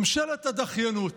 ממשלת הדחיינות.